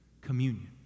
communion